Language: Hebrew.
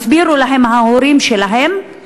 הסבירו להם ההורים שלהם,